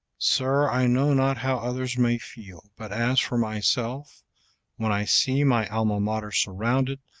sir, i know not how others may feel, but as for myself when i see my alma mater surrounded,